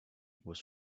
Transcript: was